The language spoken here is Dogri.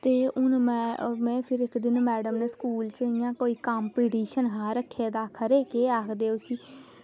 ते हून फिर में इक्क दिन मैड़म दे स्कूल च हियां ते कोई कंपीटिशन हा रक्खे दा खबरै केह् आक्खदे उसगी